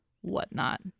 whatnot